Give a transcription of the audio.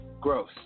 Gross